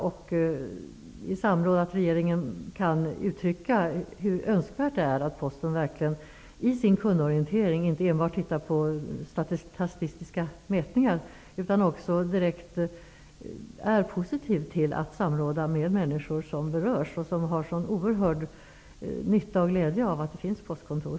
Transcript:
Det vore också bra om regeringen i samråd kunde uttrycka hur önskvärt det är att Posten inte enbart tittar på statistiska mätningar i sin kundorientering, utan också är positiv till att samråda med människor som berörs och som har en oerhörd nytta och glädje av att det finns postkontor.